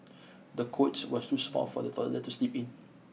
the cots was too small for the toddler to sleep in